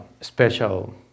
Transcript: special